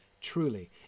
Truly